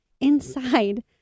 inside